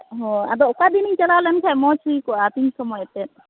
ᱦᱮᱸ ᱟᱫᱚ ᱚᱠᱟ ᱫᱤᱱᱤᱧ ᱪᱟᱞᱟᱣ ᱞᱮᱱᱠᱷᱟᱱ ᱢᱚᱡᱽ ᱦᱩᱭ ᱠᱚᱜᱼᱟ ᱛᱤᱱ ᱥᱚᱢᱚᱭ ᱛᱮ